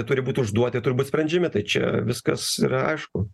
turi būt užduoti turi būt sprendžiami tai čia viskas yra aišku